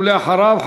ולאחריו,